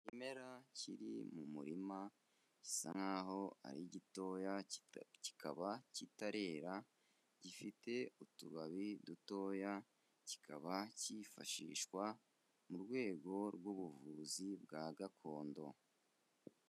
Ikimera kiri mu murima gisa nk'aho ari gitoya kikaba kitarera, gifite utubabi dutoya, kikaba cyifashishwa mu rwego rw'ubuvuzi bwa gakondo.